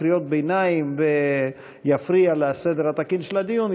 קריאות ביניים ויפריע לסדר התקין של הדיון,